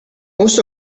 most